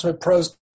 pros